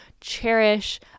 cherish